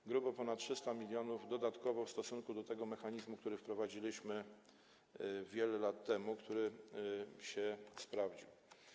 To grubo ponad 300 mln, dodatkowo, w porównaniu do tego mechanizmu, który wprowadziliśmy wiele lat temu, który się sprawdził.